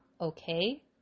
okay